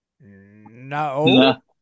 No